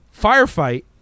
firefight